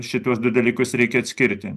šituos du dalykus reikia atskirti